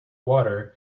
water